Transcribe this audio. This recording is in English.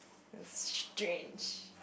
it was strange